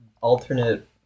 alternate